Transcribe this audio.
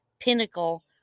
pinnacle